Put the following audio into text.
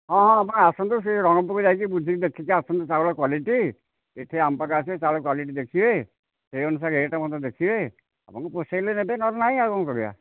ହଁ ହଁ ଆପଣ ଆସନ୍ତୁ ସେ ରଣପୁର ଯାଇକି ବୁଝିକି ଦେଖିକି ଆସନ୍ତୁ ଚାଉଳ କ୍ଵାଲିଟି ଏଠି ଆମପାଖକୁ ଆସିବେ ଚାଉଳ କ୍ଵାଲିଟି ଦେଖିବେ ସେହି ଅନୁସାରେ ରେଟ୍ ମଧ୍ୟ ଦେଖିବେ ଆପଣଙ୍କୁ ପୋଷେଇଲେ ନେବେ ନହେଲେ ନାହିଁ ଆଉ କ'ଣ କରିବା